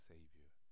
Savior